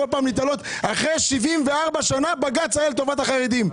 אחרי 74 שנה בג"ץ היה לטובת החרדים?